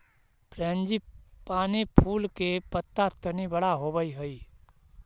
frangipani फूल के पत्त्ता तनी बड़ा होवऽ हई